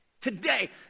Today